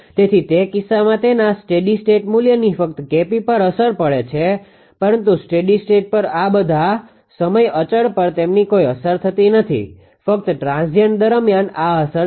તેથી તે કિસ્સામાં તેના સ્ટેડી સ્ટેટ મૂલ્યની ફક્ત 𝐾𝑝 પર અસર પડે છે પરંતુ સ્ટેડી સ્ટેટ પર બધા સમય અચળ પર તેમની અસર થતી નથી ફક્ત ટ્રાન્ઝીએન્ટ દરમિયાન આ અસર છે